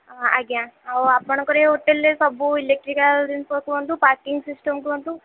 ଅଁ ଆଜ୍ଞା ଆଉ ଆପଣଙ୍କର ଏ ହୋଟେଲ୍ରେ ସବୁ ଇଲେକ୍ଟ୍ରିକାଲ୍ ଜିନିଷ କୁହନ୍ତୁ ପାର୍କିଂ ସିଷ୍ଟମ୍ କୁହନ୍ତୁ